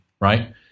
right